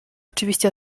oczywiście